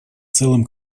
целом